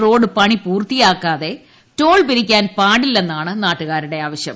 road പണി പൂർത്തിയാക്കാതെ toll പിരിക്കാൻ പാടില്ലെന്നാണ് നാട്ടുകാരുടെ ആവശ്യം